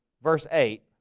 verse eight.